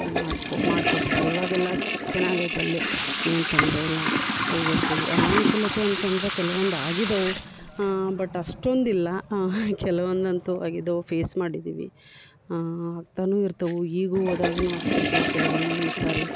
ಮಾಡ್ಕೋ ಮಾಡಿಕೊಟ್ಟಿದ್ದಾರೆ ಇವಾಗೆಲ್ಲ ಚೆನ್ನಾಗೈತೆ ಅಲ್ಲಿ ಏನೂ ತೊಂದರೆ ಇಲ್ಲ ಹೋಗಿರ್ತೀವಿ ಅನನುಕೂಲತೆ ಅಂತಂದರೆ ಕೆಲ್ವೊಂದು ಆಗಿದವೆ ಬಟ್ ಅಷ್ಟೊಂದು ಇಲ್ಲ ಕೆಲ್ವೊಂದು ಅಂತೂ ಆಗಿದವೆ ಫೇಸ್ ಮಾಡಿದೀವಿ ಆಗ್ತಲೂ ಇರ್ತವೆ ಈಗೂ ಹೋದಾಗ್ನು ಆಗ್ತಿರ್ತವೆ ಕೆಲ್ವೊಂದು ಸಾರಿ